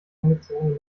angezogene